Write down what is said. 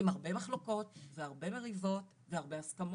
עם הרבה מחלוקות ועם הרבה מריבות וגם עם הרבה הסכמות,